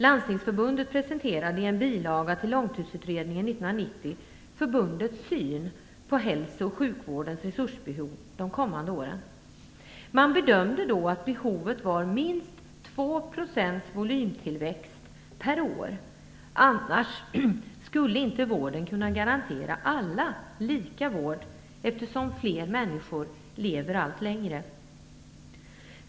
Långtidsutredning 1990 förbundets syn på hälso och sjukvårdens resursbehov de kommande åren. Man bedömde då att behovet var minst 2 % volymtillväxt per år annars skulle inte vården kunna garantera alla lika vård eftersom fler människor lever allt längre.